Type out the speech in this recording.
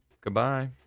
goodbye